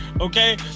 okay